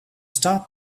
stop